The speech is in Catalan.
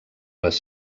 les